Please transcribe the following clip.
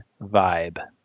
vibe